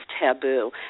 taboo